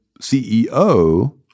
CEO